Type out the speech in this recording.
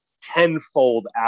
tenfold